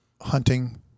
hunting